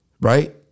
right